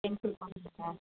pimple மாதிரி இருக்கா